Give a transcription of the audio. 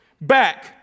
back